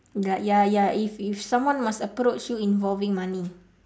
the ya ya if if someone must approach you involving money